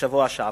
בשבוע שעבר.